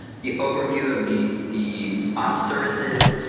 the overview of the the um services,